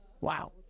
Wow